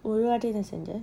anyway